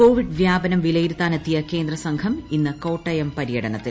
Covid വ്യാപനം വിലയിരുത്താട്ടിനെത്തിയ കേന്ദ്ര സംഘം ഇന്ന് കോട്ടയം പര്യട്നിത്തിൽ